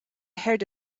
heard